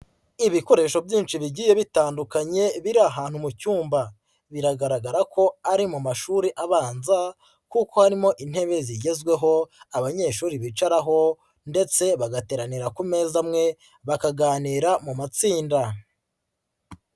Ibikoresho byinshi bigiye bitandukanye biri ahantu mu cyumba, biragaragara ko ari mu mashuri abanza kuko harimo intebe zigezweho abanyeshuri bicaraho ndetse bagateranira ku meza amwe bakaganira mu matsinda.